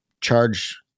charge